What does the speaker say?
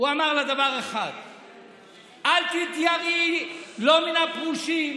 דבר אחד: אל תתייראי לא מן הפרושים